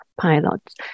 pilots